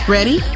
Ready